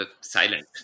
silent